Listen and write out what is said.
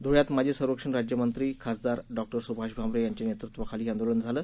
धुळ्यात माजी संरक्षण राज्य मंत्री खासदार डॉ सुभाष भामरे यांच्या नेतृत्वाखाली हे आंदोलन झालं